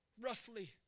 roughly